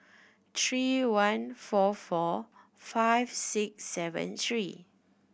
three one four four five six seven three